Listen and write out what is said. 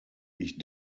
ich